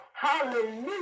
hallelujah